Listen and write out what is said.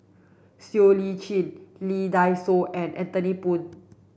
Siow Lee Chin Lee Dai Soh and Anthony Poon